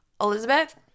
elizabeth